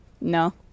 No